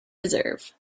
reserve